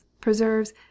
preserves